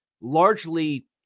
largely